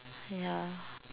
ya